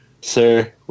Sir